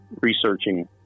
researching